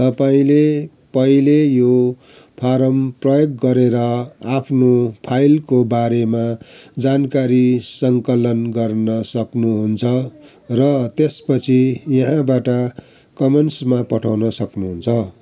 तपाईँँले पहिले यो फारम प्रयोग गरेर आफ्नो फाइलको बारेमा जानकारी सङ्कलन गर्न सक्नुहुन्छ र त्यसपछि यहाँबाट कमन्समा पठाउन सक्नुहुन्छ